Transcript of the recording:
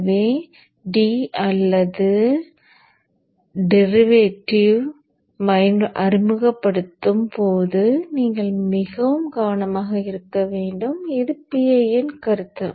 எனவே D அல்லது derivative ஐ அறிமுகப்படுத்தும் போது நீங்கள் மிகவும் கவனமாக இருக்க வேண்டும் இது PI இன் கருத்து